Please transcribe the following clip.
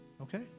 Okay